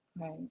Right